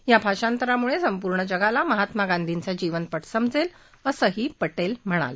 या भाषांतर मुले संपूर्ण जगाला महात्मा गांधींचा जीवनपट समजेल असंही पटेल म्हणाले